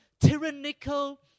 tyrannical